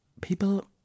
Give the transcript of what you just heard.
people